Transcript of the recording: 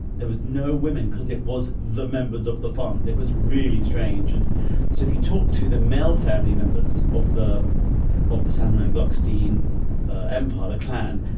there was no women because it was the members of the fund. it was really strange. and so if you talk to the male family members of the of the salmon and gluckstein impaler clan,